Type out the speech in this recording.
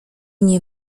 nie